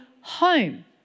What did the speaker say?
home